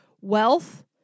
Wealth